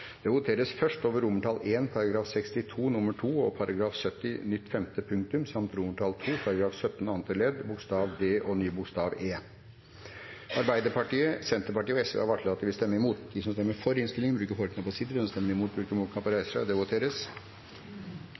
Det voteres først over komiteens innstilling til I § 62 nr. 2 og § 70 nytt femte punktum samt II § 17 andre ledd bokstav d og ny bokstav e. Arbeiderpartiet, Senterpartiet og Sosialistisk Venstreparti har varslet at de vil stemme imot. Det voteres